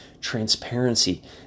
transparency